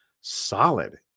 solid